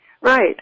Right